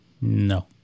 No